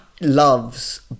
loves